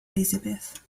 elisabeth